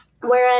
whereas